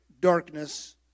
darkness